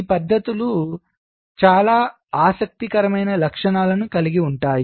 ఈ పద్ధతులు చాలా ఆసక్తికరమైన లక్షణాలను కలిగి ఉంటాయి